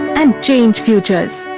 and change futures.